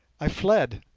i fled,